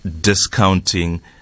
discounting